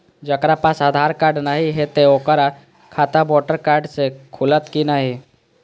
जकरा पास आधार कार्ड नहीं हेते ओकर खाता वोटर कार्ड से खुलत कि नहीं?